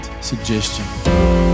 suggestion